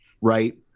right